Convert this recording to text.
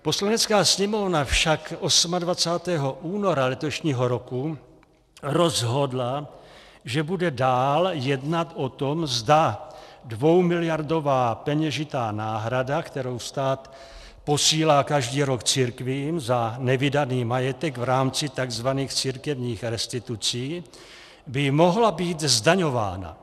Poslanecká sněmovna však 28. února letošního roku rozhodla, že bude dál jednat o tom, zda dvoumiliardová peněžitá náhrada, kterou stát posílá každý rok církvím za nevydaný majetek v rámci tzv. církevních restitucí, by mohla být zdaňována.